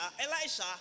Elisha